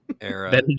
Era